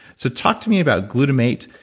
so talk to me about glutamate,